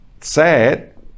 sad